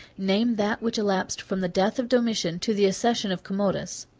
name that which elapsed from the death of domitian to the accession of commodus.